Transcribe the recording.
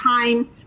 time